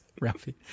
Ralphie